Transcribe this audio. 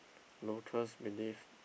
locals believe